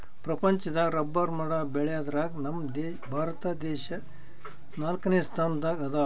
ಪ್ರಪಂಚದಾಗ್ ರಬ್ಬರ್ ಮರ ಬೆಳ್ಯಾದ್ರಗ್ ನಮ್ ಭಾರತ ದೇಶ್ ನಾಲ್ಕನೇ ಸ್ಥಾನ್ ದಾಗ್ ಅದಾ